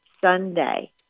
sunday